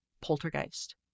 Poltergeist